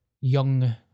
young